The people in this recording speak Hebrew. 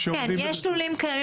יש לולים קיימים.